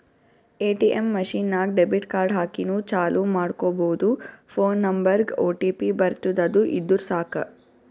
ATM machine ನಾಗ್ debit card ಹಾಕಿನೂ ಚಾಲೂ ಮಾಡ್ಕೊಬೋದು ಫೋನ್ ನಂಬರ್ಗ್ ಒಟಿಪಿ ಬರ್ತುದ್ ಅದು ಇದ್ದುರ್ ಸಾಕು